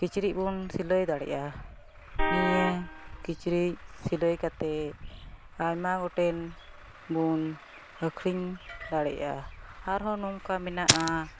ᱠᱤᱪᱨᱤᱡᱽ ᱵᱚᱱ ᱥᱤᱞᱟᱹᱭ ᱫᱟᱲᱮᱭᱟᱜᱼᱟ ᱱᱤᱭᱟᱹ ᱠᱤᱪᱨᱤᱡᱽ ᱥᱤᱞᱟᱹᱭ ᱠᱟᱛᱮᱫ ᱟᱭᱢᱟ ᱜᱚᱴᱮᱱᱵᱚᱱ ᱟᱹᱠᱷᱨᱤᱧ ᱫᱟᱲᱮᱭᱟᱜᱼᱟ ᱟᱨᱦᱚᱸ ᱱᱚᱝᱠᱟ ᱢᱮᱱᱟᱜᱼᱟ